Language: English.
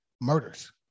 murders